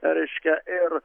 reiškia ir